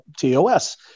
tos